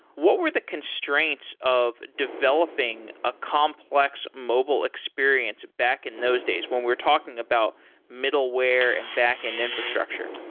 what were the constraints of developing a complex mobile experience back in those days when we're talking about middleware and backend infrastructure?